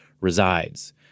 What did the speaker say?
resides